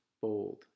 bold